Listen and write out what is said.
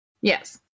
Yes